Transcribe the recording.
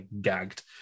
gagged